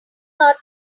hard